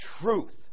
truth